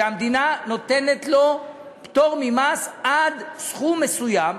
שהמדינה נותנת להם פטור ממס עד סכום מסוים.